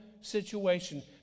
situation